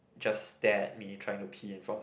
just stare at me trying to pee in front of the